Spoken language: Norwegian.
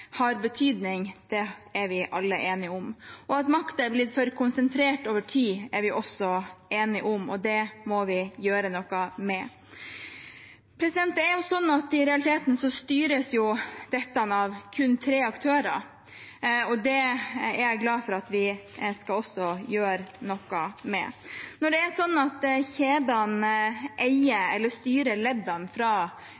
har betydning, er vi alle enige om. At makten er blitt for konsentrert over tid, er vi også enige om, og det må vi gjøre noe med. I realiteten styres dette av kun tre aktører, og det er jeg glad for at vi også skal gjøre noe med. Når det er sånn at kjedene eier